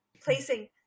placing